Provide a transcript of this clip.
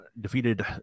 defeated